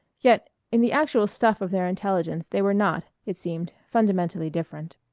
yet in the actual stuff of their intelligences they were not, it seemed, fundamentally different.